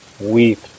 weep